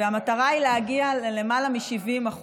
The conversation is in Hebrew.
והמטרה היא להגיע ללמעלה מ-70%,